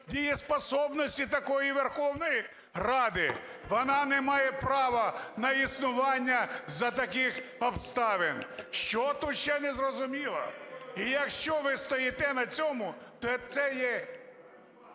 дееспособности такої Верховної Ради. Вона не має права на існування за таких обставин. Що тут ще незрозуміло. І, якщо ви стоїте на цьому, то це є…